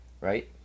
Right